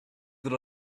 that